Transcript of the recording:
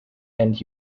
end